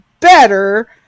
better